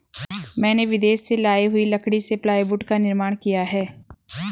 मैंने विदेश से लाई हुई लकड़ी से प्लाईवुड का निर्माण किया है